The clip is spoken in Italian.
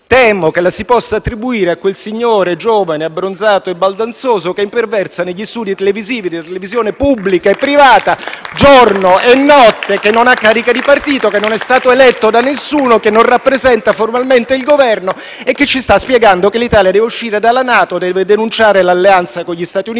Temo che la si possa attribuire a quel signore giovane, abbronzato e baldanzoso che imperversa negli studi televisivi della televisione pubblica e privata, di giorno e di notte, che non ha cariche di partito, che non è stato eletto da nessuno, che non rappresenta formalmente il Governo e che ci sta spiegando che l'Italia deve uscire dalla NATO, deve denunciare l'alleanza con gli Stati Uniti